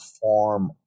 form